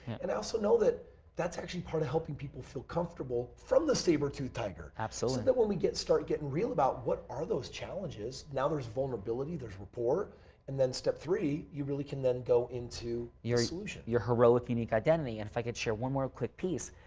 and i also know that that's actually part of helping people feel comfortable from the saber-tooth tiger. absolutely that when we get started getting real about what are those challenges. now, there's vulnerability, there's rapport and then step three you really can then go into. your heroic, unique identity. and if i could share one more quick piece,